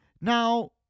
Now